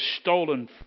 stolen